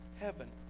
heaven